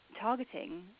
targeting